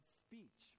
speech